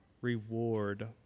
reward